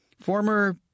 Former